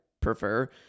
prefer